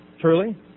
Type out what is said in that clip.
Truly